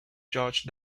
george